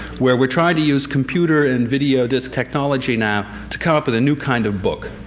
where we're trying to use computer and video disc technology now to come up with a new kind of book.